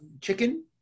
chicken